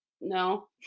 no